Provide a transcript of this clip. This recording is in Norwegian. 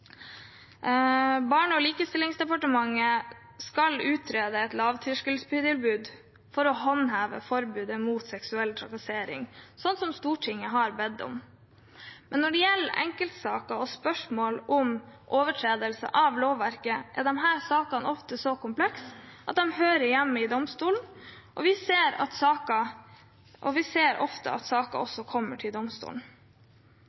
Barne- og likestillingsdepartementet skal utrede et lavterskeltilbud for å håndheve forbudet mot seksuell trakassering, sånn som Stortinget har bedt om. Når det gjelder enkeltsaker og spørsmål om overtredelse av lovverket, er disse sakene ofte så komplekse at de hører hjemme i domstolene, men vi ser at få saker kommer til domstolene. Formålet er å fremme gode og